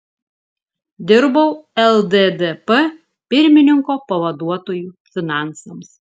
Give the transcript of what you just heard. dirbau lddp pirmininko pavaduotoju finansams